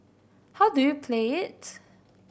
how do you play it